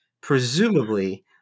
presumably